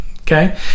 Okay